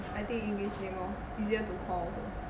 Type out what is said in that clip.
I think english name lor easier to call also